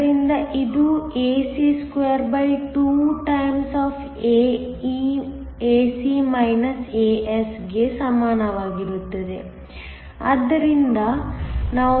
ಆದ್ದರಿಂದ ಇದು ae22 ಗೆ ಸಮನಾಗಿರುತ್ತದೆ